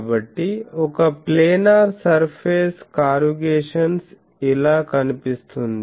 కాబట్టి ఒక planar surface corrugations ఇలా కనిపిస్తుంది